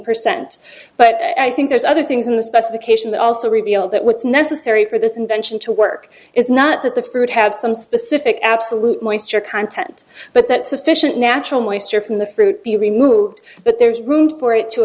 percent but i think there's other things in the specification that also reveal that what's necessary for this invention to work is not that the food have some specific absolute monster content but that sufficient natural moisture from the fruit be removed but there is room for it to